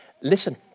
Listen